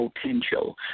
potential